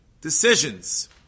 decisions